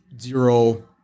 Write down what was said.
zero